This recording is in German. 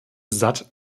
satt